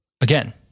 again